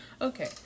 Okay